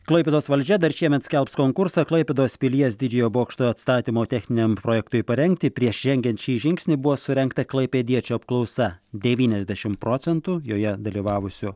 klaipėdos valdžia dar šiemet skelbs konkursą klaipėdos pilies didžiojo bokšto atstatymo techniniam projektui parengti prieš rengiant šį žingsnį buvo surengta klaipėdiečių apklausa devyniasdešimt procentų joje dalyvavusių